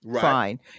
fine